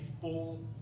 full